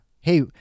Hey